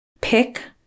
pick